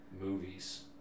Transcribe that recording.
movies